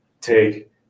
take